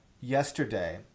yesterday